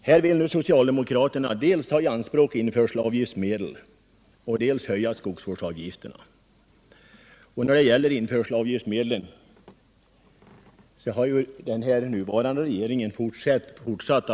Här vill nu socialdemokraterna dels ta i anspråk införselavgiftsmedel, dels höja skogsvårdsavgifterna. När det gäller införselavgiftsmedlen har den nuvarande regeringen fortsatt